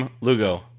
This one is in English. Lugo